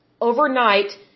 overnight